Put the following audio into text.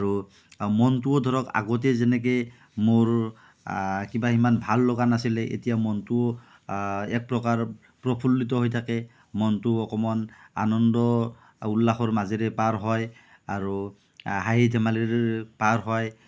আৰু মনটোও ধৰক আগতে যেনেকে মোৰ কিবা ইমান ভাল লগা নাছিলে এতিয়া মনটো একপ্ৰকাৰ প্ৰফুল্লিত হৈ থাকে মনটো অকণমান আনন্দ উল্লাসৰ মাজেৰে পাৰ হয় আৰু হাঁহি ধেমালিৰে পাৰ হয়